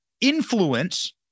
influence